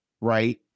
Right